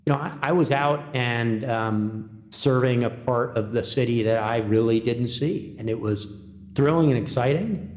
you know i i was out and um serving a part of the city that i really didn't see. and it was thrilling and exciting.